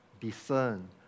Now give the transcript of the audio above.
discern